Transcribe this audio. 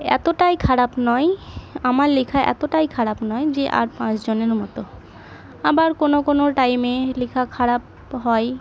এতোটাই খারাপ নই আমার লেখা এতোটাই খারাপ নয় যে আর পাঁচজনের মতো আবার কোনো কোনো টাইমে লেখা খারাপ হয়